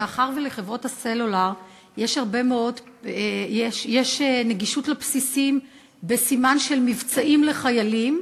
מאחר שלחברות הסלולר יש נגישות לבסיסים בסימן של מבצעים לחיילים,